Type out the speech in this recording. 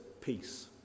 peace